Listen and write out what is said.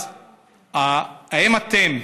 אז האם אתם